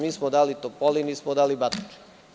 Mi smo dali Topoli a nismo dali Batočini.